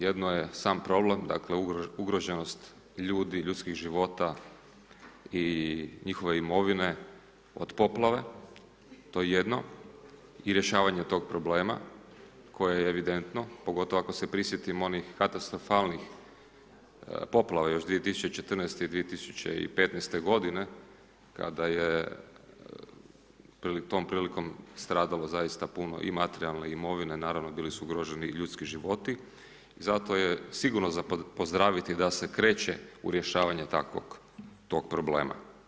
Jedno je sam problem, dakle ugroženost ljudi, ljudskih života i njihove imovine od poplave, to je jedno, i rješavanje tog problema, koje je evidentno, pogotovo ako se prisjetimo onih katastrofalnih poplave još 2014. i 2015. godine, kada je tom prilikom stradalo zaista puno i materijalne imovine, naravno, bili su ugroženi i ljudski životi, i zato je sigurno za pozdraviti da se kreće u rješavanje takvog, tog problema.